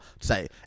say